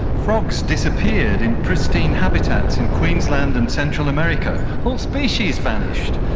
frogs disappeared in pristine habitats in queensland and central america. whole species vanished.